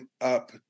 up